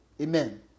Amen